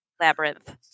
Labyrinth